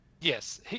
Yes